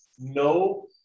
No